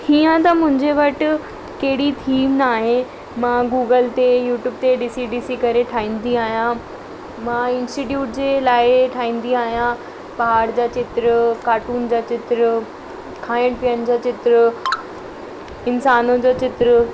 हीअं त मुंहिंजे वटि कहिड़ी थीम न आहे मां गूगल ते यूट्यूब ते ॾिसी ॾिसी करे ठाहींदी आहियां मां इंस्टीट्यूट जे लाइ ठाहींदी आहियां पहाड़ जा चित्र कार्टून जा चित्र खाइण पीअण जा चित्र इंसान जा चित्र